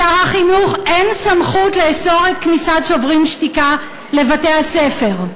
לשר החינוך אין סמכות לאסור את כניסת "שוברים שתיקה" לבתי-הספר.